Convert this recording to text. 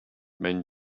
men